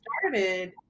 started